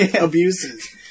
abuses